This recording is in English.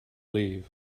leave